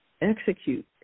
execute